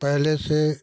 पहले से